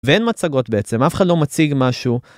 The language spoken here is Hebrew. ואין מצגות בעצם, אף אחד לא מציג משהו.